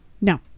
No